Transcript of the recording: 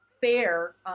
fair